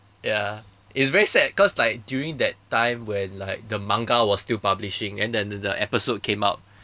ya it's very sad cause like during that time when like the manga was still publishing and the the the episode came out